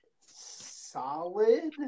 solid